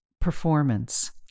performance